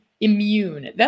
immune